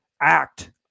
act